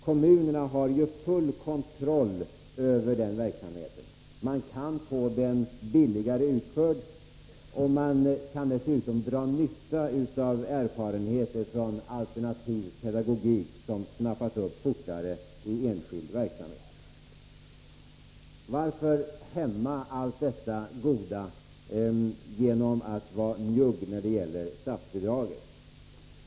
Kommunerna har ju full kontroll över den. Man kan få den billigare utförd, och man kan dessutom dra nytta av erfarenheter från alternativ pedagogik, som snappas upp fortare i enskild verksamhet. Varför hämma allt detta goda genom att vara njugg när det gäller statsbidraget?